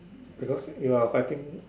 because you are fighting